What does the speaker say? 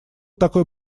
такой